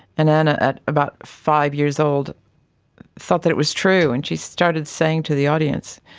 and anna at about five years old thought that it was true and she started saying to the audience,